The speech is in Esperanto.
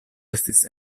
estis